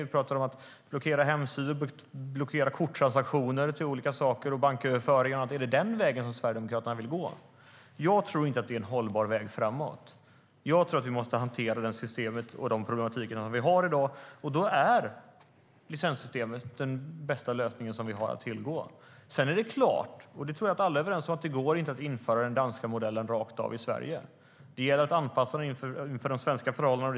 Vi talar om att blockera hemsidor, korttransaktioner, banköverföringar och annat. Det är klart, och det tror jag att alla är överens om, att det inte går att införa den danska modellen rakt av i Sverige. Det gäller att anpassa den till svenska förhållanden.